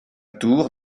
tour